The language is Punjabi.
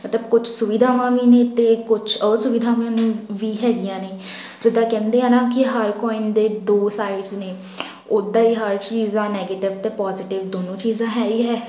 ਅਤੇ ਕੁਛ ਸੁਵਿਧਾਵਾਂ ਵੀ ਨੇ ਅਤੇ ਕੁਛ ਅਸੁਵਿਧਾਵਾਂ ਵੀ ਹੈਗੀਆਂ ਨੇ ਜਿੱਦਾਂ ਕਹਿੰਦੇ ਆ ਨਾ ਕਿ ਹਰ ਕੋਇਨ ਦੇ ਦੋ ਸਾਈਡਸ ਨੇ ਉਦਾਂ ਹੀ ਹਰ ਚੀਜ਼ ਦਾ ਨੈਗੇਟਿਵ ਅਤੇ ਪੋਜੀਟਿਵ ਦੋਨੋਂ ਚੀਜ਼ਾਂ ਹੈ ਹੀ ਹੈ